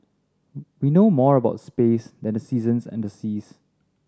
we know more about space than the seasons and the seas